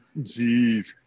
Jeez